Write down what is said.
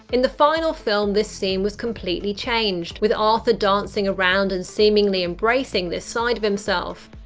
in the final film, this scene was completely changed, with arthur dancing around and seemingly embracing this side of himself.